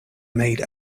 made